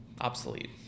obsolete